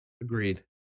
agreed